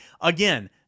Again